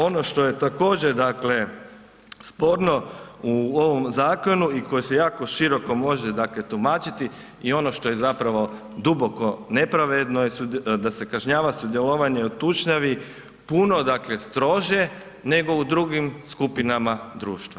Ono što je također sporno u ovom zakonu i koje se jako široko može dakle tumačiti i ono što je zapravo duboko nepravedno je da se kažnjava sudjelovanje u tučnjavi puno dakle strože nego u drugim skupinama društva.